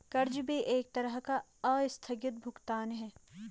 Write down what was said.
कर्ज भी एक तरह का आस्थगित भुगतान है